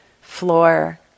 floor